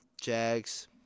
Jags